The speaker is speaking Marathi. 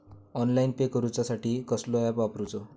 ऑनलाइन पे करूचा साठी कसलो ऍप वापरूचो?